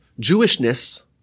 Jewishness